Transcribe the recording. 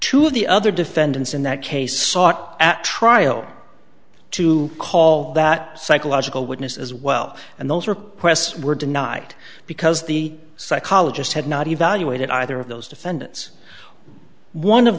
of the other defendants in that case sought at trial to call that psychological witness as well and those were press were denied because the psychologist had not evaluated either of those defendants one of